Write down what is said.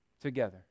together